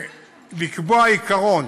לקבוע עיקרון